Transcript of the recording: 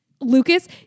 Lucas